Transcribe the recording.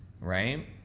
right